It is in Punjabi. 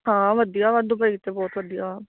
ਹਾਂ ਵਧੀਆ ਵਾ ਦੁਬਈ ਤਾਂ ਬਹੁਤ ਵਧੀਆ ਵਾ